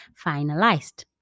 finalized